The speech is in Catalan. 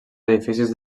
edificis